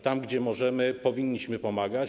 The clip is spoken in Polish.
Tam, gdzie możemy, powinniśmy pomagać.